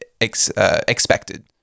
expected